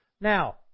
Now